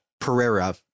Pereira